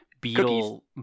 beetle